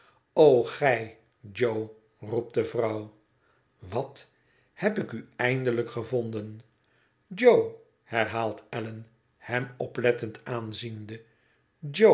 roept de vrouw wat heb ik u eindelijk gevonden jo herhaalt allan hem oplettend aanziende